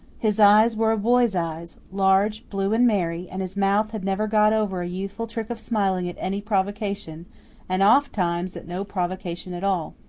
his eyes were a boy's eyes, large, blue and merry, and his mouth had never got over a youthful trick of smiling at any provocation and, oft-times, at no provocation at all.